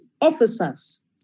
officers